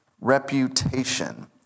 reputation